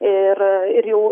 ir ir jau